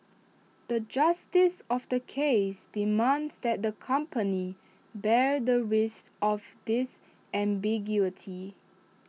the justice of the case demands that the company bear the risk of this ambiguity